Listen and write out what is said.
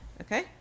okay